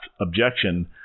objection